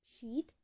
sheet